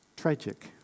Tragic